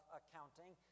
accounting